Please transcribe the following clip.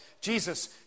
Jesus